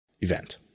event